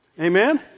Amen